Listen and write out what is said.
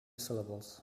syllables